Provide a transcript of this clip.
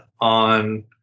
on